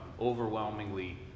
overwhelmingly